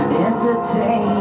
Entertain